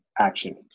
Action